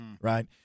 right